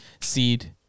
seed